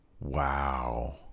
Wow